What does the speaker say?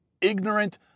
ignorant